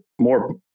more